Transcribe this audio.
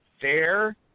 fair